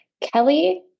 Kelly